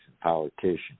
politicians